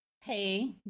Hey